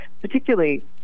particularly